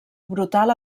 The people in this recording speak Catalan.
brutal